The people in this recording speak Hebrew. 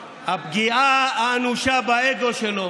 יהיו הדברים מכעיסים ככל שיהיו,